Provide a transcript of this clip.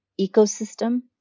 ecosystem